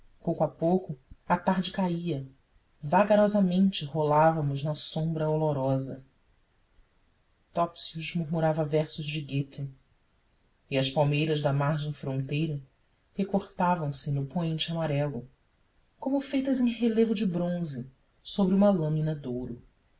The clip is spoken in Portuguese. pouco a pouco a tarde caia vagarosamente rolávamos na sombra olorosa topsius murmurava versos de goethe e as palmeiras da margem fronteira recortavam se no poente amarelo como feitas em relevo de bronze sobre uma lâmina de ouro